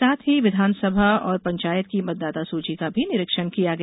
साथ ही विधानसभा एवं पंचायत की मतदाता सूची का भी निरीक्षण किया गया